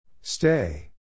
Stay